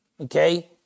okay